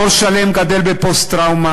דור שלם גדל בפוסט-טראומה,